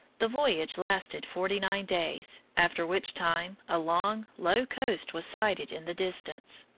the voyage lasted forty-nine days, after which time a long, low coast was sighted in the distance.